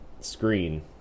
Screen